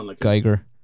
Geiger